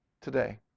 today